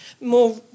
more